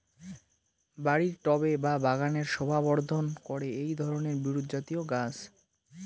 বাড়ির টবে বা বাগানের শোভাবর্ধন করে এই ধরণের বিরুৎজাতীয় গাছ